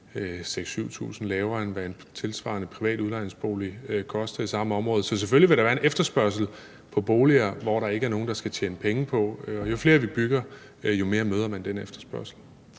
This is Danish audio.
kr. lavere, end hvad en tilsvarende privat udlejningsbolig koster i samme område. Så selvfølgelig vil der være en efterspørgsel på boliger, som der ikke er nogen der skal tjene penge på, og jo flere vi bygger, jo mere imødekommer vi den efterspørgsel.